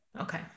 okay